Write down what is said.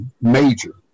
major